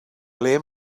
ble